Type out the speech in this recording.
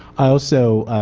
i also,